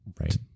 right